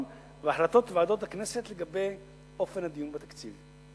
בהחלטות ועדות הכנסת לגבי אופן הדיון בתקציב.